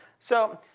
so,